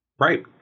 Right